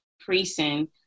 increasing